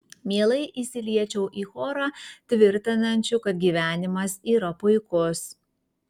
mielai įsiliečiau į chorą tvirtinančių kad gyvenimas yra puikus